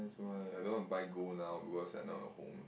that's why I don't want to buy gold now because I don't have home